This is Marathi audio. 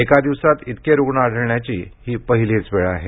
एका दिवसात इतके रुग्ण आढळण्याची ही पहिलीच वेळ आहे